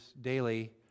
daily